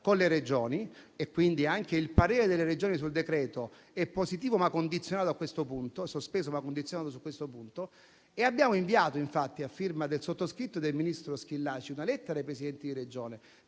con le Regioni e quindi anche il parere delle Regioni sul decreto è positivo, ma condizionato a questo punto: sospeso, ma condizionato su questo punto. Infatti, abbiamo inviato una lettera, a firma del sottoscritto e del ministro Schillaci, ai Presidenti di Regione,